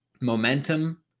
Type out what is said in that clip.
momentum